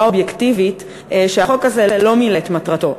אובייקטיבית" שהחוק הזה לא מילא את מטרתו.